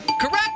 Correct